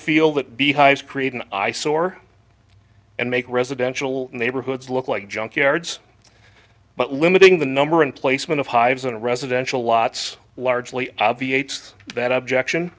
feel that beehives create an eyesore and make residential neighborhoods look like junkyards but limiting the number in placement of hives in residential lots largely obviates that objection